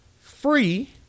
free